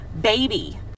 baby